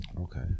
Okay